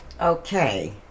Okay